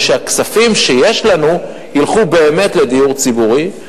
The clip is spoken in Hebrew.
כדי שהכספים שיש לנו ילכו באמת לדיור ציבורי.